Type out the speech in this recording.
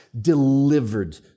delivered